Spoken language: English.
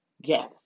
Yes